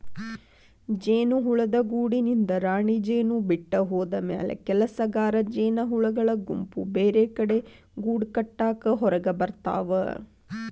ಜೇನುಹುಳದ ಗೂಡಿನಿಂದ ರಾಣಿಜೇನು ಬಿಟ್ಟ ಹೋದಮ್ಯಾಲೆ ಕೆಲಸಗಾರ ಜೇನಹುಳಗಳ ಗುಂಪು ಬೇರೆಕಡೆ ಗೂಡಕಟ್ಟಾಕ ಹೊರಗಬರ್ತಾವ